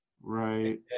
right